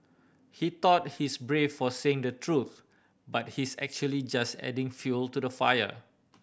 he thought he's brave for saying the truth but he's actually just adding fuel to the fire